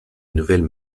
nouvelle